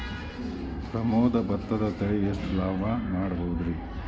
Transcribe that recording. ಪ್ರಮೋದ ಭತ್ತದ ತಳಿ ಎಷ್ಟ ಲಾಭಾ ಮಾಡಬಹುದ್ರಿ?